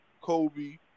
Kobe